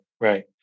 right